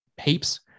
heaps